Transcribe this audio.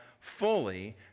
fully